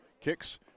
Kicks